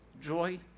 joy